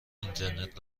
اینترنت